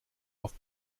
auf